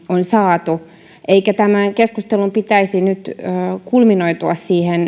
on saatu eikä tämän keskustelun pitäisi nyt kulminoitua